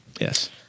Yes